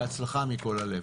בהצלחה מכל הלב.